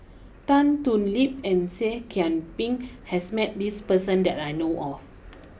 Tan Thoon Lip and Seah Kian Peng has met this person that I know of